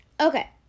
Okay